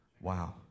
Wow